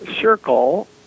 circle